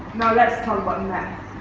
let's talk about and